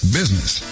business